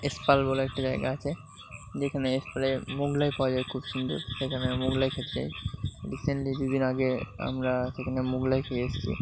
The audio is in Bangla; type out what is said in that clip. এস পাল বলে একটা জায়গা আছে যেখানে স্প্রে মোগলাই পাওয়া যায় খুব সুন্দর সেখানে মোগলাই খেতে যায় রিসেন্টলি দুদিন আগে আমরা সেখানে মোগলাই খেয়ে এসেছি